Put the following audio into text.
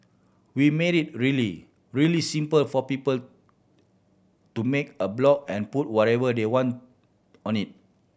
we made it really really simple for people to make a blog and put whatever they want on it